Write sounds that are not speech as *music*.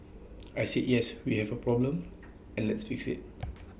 I said yes we have A problem and let's fix IT *noise*